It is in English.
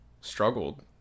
struggled